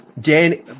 Dan